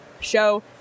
show